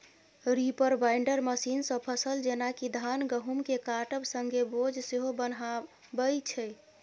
reaper binder मशीनसँ फसल जेना कि धान गहुँमकेँ काटब संगे बोझ सेहो बन्हाबै छै